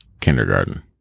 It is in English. kindergarten